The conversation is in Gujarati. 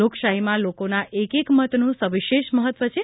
લોકશાહીમાં લોકોના એક એક મતનું સવિશેષ મહત્વ છે